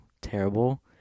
terrible